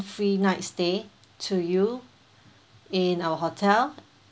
free night stay to you in our hotel